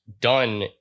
done